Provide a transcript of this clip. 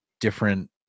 different